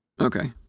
okay